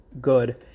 good